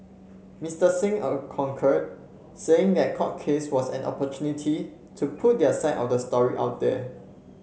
Mister Singh concurred saying the court case was an opportunity to put their side of the story out there